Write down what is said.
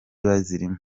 bazirimo